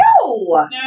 No